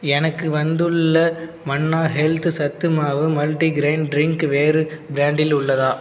எனக்கு வந்துள்ள Manna health சத்து மாவு மல்டிகிரெயின் ட்ரிங்க் வேறு பிராண்டில் உள்ளதா